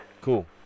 cool